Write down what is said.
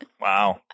Wow